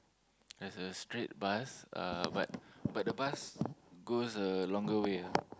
there's a straight bus uh but but the bus goes a longer way ah